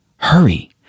Hurry